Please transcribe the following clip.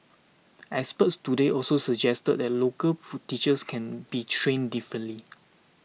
experts today also suggested that local teachers can be trained differently